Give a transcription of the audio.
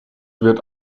wird